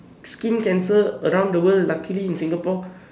skin cancer around the world luckily in Singapore